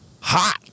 hot